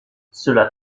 cela